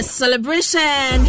celebration